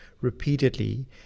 repeatedly